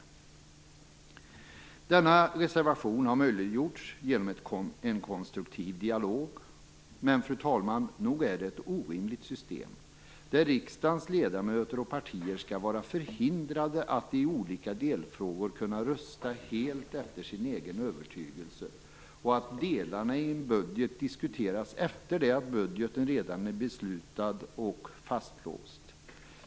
Denna reservation har möjliggjorts genom en konstruktiv dialog. Men, fru talman, nog är det ett orimligt system när riksdagens ledamöter och partier skall vara förhindrade att i olika delfrågor kunna rösta helt efter sin egen övertygelse och att delarna i en budget diskuteras efter det att budgeten redan är beslutad och fastlåst.